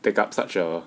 pick up such a